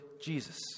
Jesus